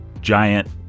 giant